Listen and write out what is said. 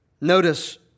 Notice